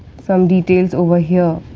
some details over here,